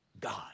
God